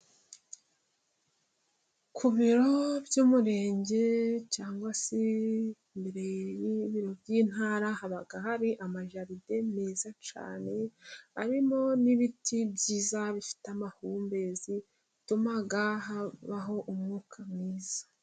Ku biro by'Umurenge cyangwa se ibiro by'Intara haba hari amajaride meza cyane arimo n'ibiti byiza bifite amahumbezi. Bituma habaho umwuka mwiza.